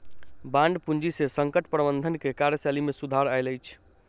bond पूंजी से संकट प्रबंधन के कार्यशैली में सुधार आयल अछि